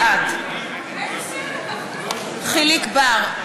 בעד יחיאל חיליק בר,